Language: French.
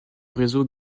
réseau